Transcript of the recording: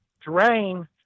terrain